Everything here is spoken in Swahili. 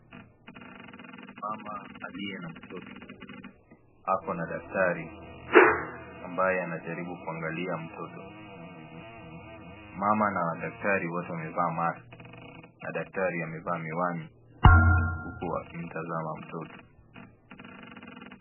Mama aliye na mtoto, ako na daktari ambaye anajaribu kuangalia mtoto. Mama na daktari wote wamevaa maski na daktari amevaa miwani huku wakimtazama mtoto.